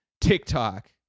TikTok